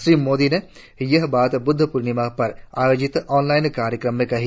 श्री मोदी ने यह बात ब्द्व पूर्णिमा पर आयोजित ऑनलाइन कार्यक्रम में कही